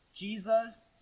Jesus